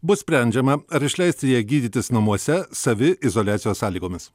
bus sprendžiama ar išleisti ją gydytis namuose saviizoliacijos sąlygomis